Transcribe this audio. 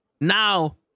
Now